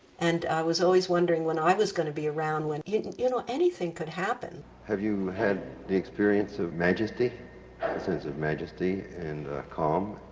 and i was always wondering when i was going to be around when you you know, anything could happen. have you had the experience of majesty, a sense of majesty and calm,